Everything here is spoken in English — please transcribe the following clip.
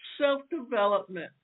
self-development